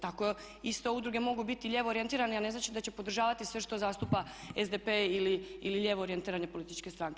Tako isto udruge mogu biti lijevo orijentirane, a ne znači da će podržavati sve što zastupa SDP ili lijevo orijentirane političke stranke.